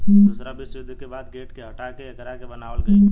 दूसरा विश्व युद्ध के बाद गेट के हटा के एकरा के बनावल गईल